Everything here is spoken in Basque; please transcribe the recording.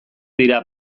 dira